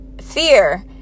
fear